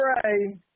pray